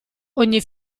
ogni